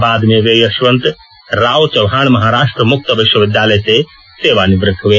बाद में वे यशवंतराव चव्हाण महाराष्ट्र मुक्त विश्वविद्यालय से सेवानिवृत्त हुए